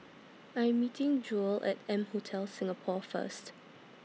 I Am meeting Jewell At M Hotel Singapore First